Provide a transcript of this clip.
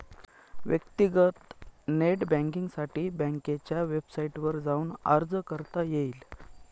व्यक्तीगत नेट बँकींगसाठी बँकेच्या वेबसाईटवर जाऊन अर्ज करता येईल